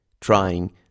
trying